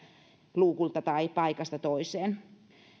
luukulta tai paikasta toiseen